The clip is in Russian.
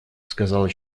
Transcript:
сказала